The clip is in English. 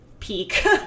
peak